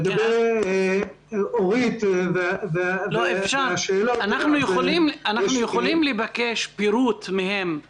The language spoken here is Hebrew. לגבי אורית -- אנחנו יכולים לבקש מהם פירוט על